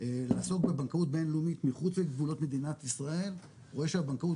לעסוק בבנקאות בינלאומית מחוץ לגבולות מדינת ישראל רואה שהבנקאות